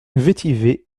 vetiver